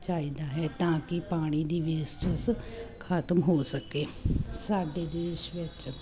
ਚਾਹੀਦਾ ਹੈ ਤਾਂ ਕੀ ਪਾਣੀ ਦੀ ਵੇਸਟੇਸ ਖਤਮ ਹੋ ਸਕੇ ਸਾਡੇ ਦੇਸ਼ ਵਿੱਚ